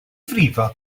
frifo